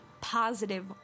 positive